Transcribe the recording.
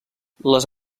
les